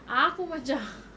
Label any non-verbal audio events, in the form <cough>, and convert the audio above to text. aku macam <laughs>